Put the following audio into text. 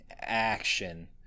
action